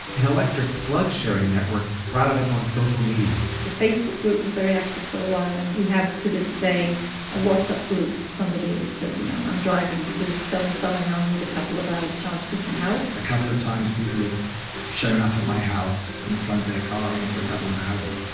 an electric plug-sharing network sprouted up on social media the facebook group was very active for a while, and we have to this day a whatsapp group. somebody says, you know, i'm driving to so and so, and i'll need a couple of hours charge, who can help? a couple of times people have shown up at my house, and plugged their car in for a couple of hours,